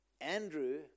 Andrew